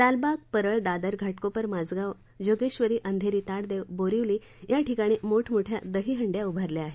लालबाग परळ दादर घाटकोपर माझगाव जोगेश्वरी अंधेरी ताडदेव बोरीवली या ठिकाणी मोठमोठ्या दहीहंडी उभारल्या आहेत